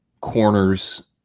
corners